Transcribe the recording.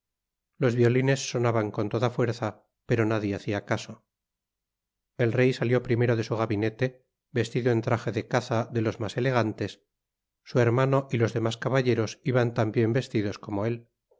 los violines sonaban con toda fuerza ípero nadie hacia caso el rey salió primero de su gabinete vestido en trajede caza de los mas elegantes su hermano y los demás caballeros iban tambien'vestidos como él